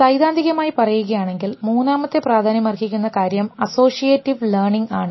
സൈദ്ധാന്തികമായി പറയുകയാണെങ്കിൽ മൂന്നാമത്തെ പ്രാധാന്യമർഹിക്കുന്ന കാര്യം അസോസിയേറ്റ് ലേർണിംഗ് ആണ്